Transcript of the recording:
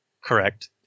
Correct